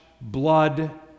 blood